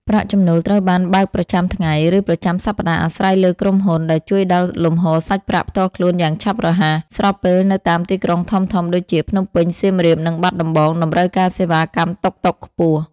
ប្រាក់ចំណូលត្រូវបានបើកប្រចាំថ្ងៃ ឬប្រចាំសប្តាហ៍អាស្រ័យលើក្រុមហ៊ុន ដែលជួយដល់លំហូរសាច់ប្រាក់ផ្ទាល់ខ្លួនយ៉ាងឆាប់រហ័ស ស្របពេលនៅតាមទីក្រុងធំៗដូចជា ភ្នំពេញ សៀមរាប និងបាត់ដំបង តម្រូវការសេវាកម្មតុកតុកខ្ពស់។